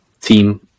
team